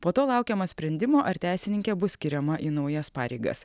po to laukiama sprendimo ar teisininkė bus skiriama į naujas pareigas